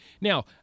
now